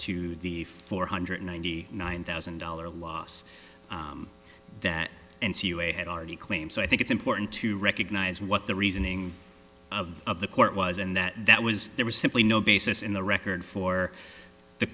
to the four hundred ninety nine thousand dollars loss that had already claimed so i think it's important to recognize what the reasoning of the court was and that that was there was simply no basis in the record for the